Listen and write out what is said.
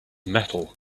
metal